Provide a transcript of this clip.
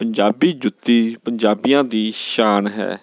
ਪੰਜਾਬੀ ਜੁੱਤੀ ਪੰਜਾਬੀਆਂ ਦੀ ਸ਼ਾਨ ਹੈ